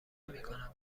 نمیکند